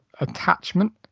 Attachment